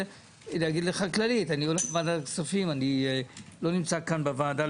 עם אלה שבאמת מזהמים את הסביבה בסדרי גודל בלתי רגילים.